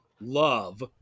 love